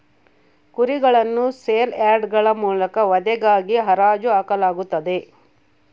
ಕುರಿಗಳನ್ನು ಸೇಲ್ ಯಾರ್ಡ್ಗಳ ಮೂಲಕ ವಧೆಗಾಗಿ ಹರಾಜು ಹಾಕಲಾಗುತ್ತದೆ